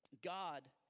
God